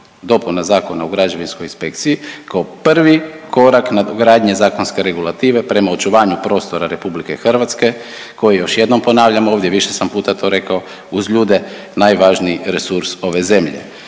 dopuna Zakona o građevinskoj inspekciji kao prvi korak nadogradnje zakonske regulative prema očuvanju prostora Republike Hrvatske koji - još jednom ponavljam ovdje, više puta sam to rekao - uz ljude najvažniji resurs ove zemlje.